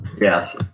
Yes